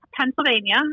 Pennsylvania